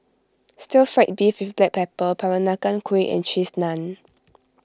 Stir Fried Beef with Black Pepper Peranakan Kueh and Cheese Naan